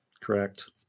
Correct